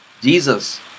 Jesus